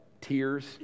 tears